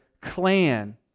clan